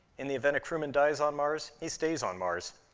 in the event a crewman dies on mars, he stays on mars.